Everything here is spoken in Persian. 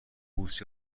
بوس